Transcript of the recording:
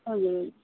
हजुर